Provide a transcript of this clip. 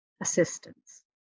assistance